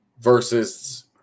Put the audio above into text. versus